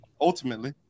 Ultimately